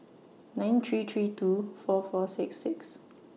nine three three two four four six six